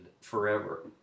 forever